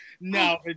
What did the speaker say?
No